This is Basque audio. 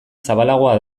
zabalagoa